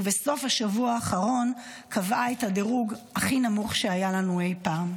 ובסוף השבוע האחרון קבעה את הדירוג הכי נמוך שהיה לנו אי פעם.